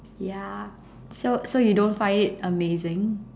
ya so so you don't find it amazing